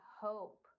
hope